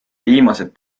viimased